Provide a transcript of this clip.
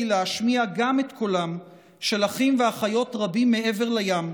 להשמיע גם את קולם של אחים ואחיות רבים מעבר לים,